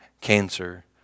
cancer